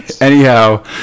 Anyhow